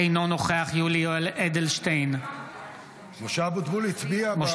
אינו נוכח משה אבוטבול הצביע בעד.